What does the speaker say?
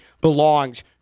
belongs